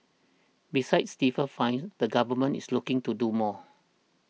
besides stiffer fines the Government is looking to do more